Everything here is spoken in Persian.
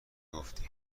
گفتی